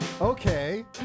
Okay